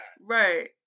right